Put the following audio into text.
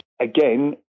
again